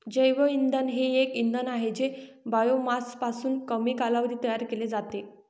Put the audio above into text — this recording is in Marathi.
जैवइंधन हे एक इंधन आहे जे बायोमासपासून कमी कालावधीत तयार केले जाते